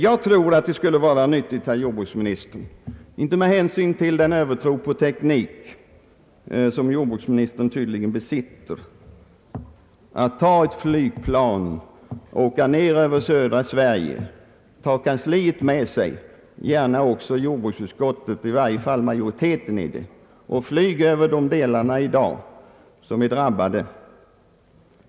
Jag tror att det skulle vara nyttigt, herr jordbruksminister, inte minst med hänsyn till den övertro på teknik som jordbruksministern tydligen har, att ta ett flygplan och åka ned över södra Sverige. Ta kansliet med sig, gärna också jordbruksutskottet, i varje fall majoriteten av det, och flyg över de landsdelar som är drabbade i dag.